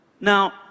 Now